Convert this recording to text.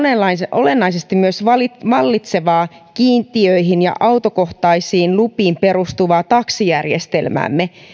olennaisesti myös vallitsevaa kiintiöihin ja autokohtaisiin lupiin perustuvaa taksijärjestelmäämme